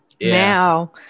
now